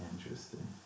interesting